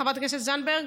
חברת הכנסת זנדברג,